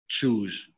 choose